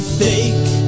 fake